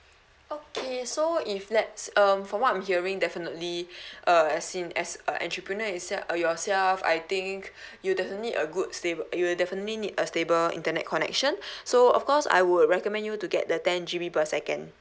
okay so if let's um for what I'm hearing definitely uh as in as a entrepreneur itself uh yourself I think you definitely need a good sta~ you will definitely need a stable internet connection so of course I would recommend you to get the ten G_B per second